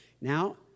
Now